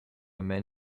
man